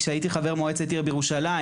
כשהייתי חבר מועצת עיר בירושלים,